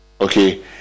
Okay